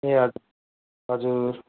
ए हजुर हजुर